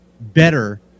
better